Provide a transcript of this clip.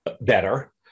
better